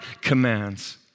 commands